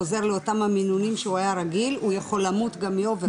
חוזר לאותם המינונים שהוא היה רגיל הוא יכול למות גם מאובר דוז.